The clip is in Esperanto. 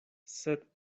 sed